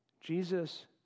Jesus